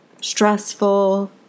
stressful